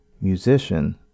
musician